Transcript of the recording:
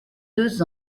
deux